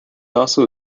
also